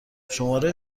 شماره